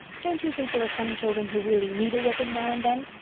don't you think there are some children who really need a whipping now and then?